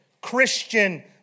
Christian